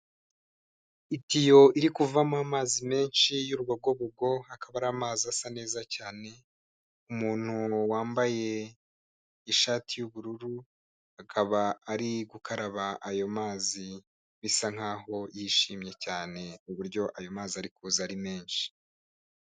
Itiyo iri kuvamo amazi menshi y'urubogobogo, akaba ari amazi asa neza cyane. Umuntu wambaye ishati y'ubururu, akaba ari gukaraba ayo mazi bisa nkaho yishimye cyane, uburyo ayo mazi ari kuza ari menshi.